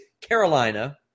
Carolina